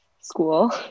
school